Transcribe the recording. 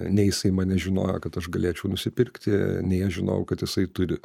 nei jisai mane žinojo kad aš galėčiau nusipirkti nei aš žinojau kad jisai turi